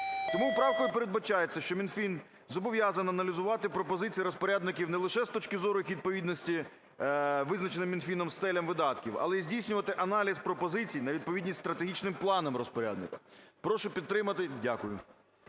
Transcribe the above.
Тому правкою передбачається, що Мінфін зобов'язаний аналізувати пропозиції розпорядників не лише з точки зору їх відповідності визначеним Мінфіном стелям видатків, але і здійснювати аналіз пропозицій на відповідність стратегічним планам розпорядника. Прошу підтримати. Дякую.